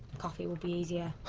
coffee would be easier.